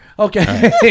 Okay